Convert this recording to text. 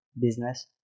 business